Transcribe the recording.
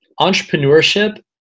entrepreneurship